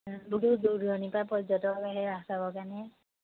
দূৰ দূৰণিৰপৰা পৰ্যটক আহে ৰাস চাবৰ কাৰণে